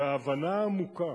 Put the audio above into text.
וההבנה העמוקה